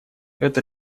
эта